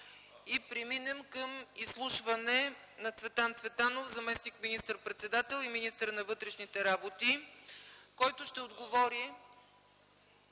Преминаваме към изслушване на Цветан Цветанов – заместник министър-председател и министър на вътрешните работи, който ще отговори